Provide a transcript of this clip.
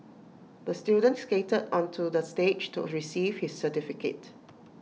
the student skated onto the stage to receive his certificate